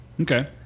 Okay